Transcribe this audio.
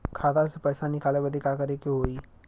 खाता से पैसा निकाले बदे का करे के होई?